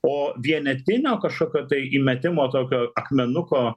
o vienetinio kažkokio tai įmetimo tokio akmenuko